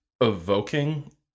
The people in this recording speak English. evoking